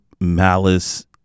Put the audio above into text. malice